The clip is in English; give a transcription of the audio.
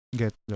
get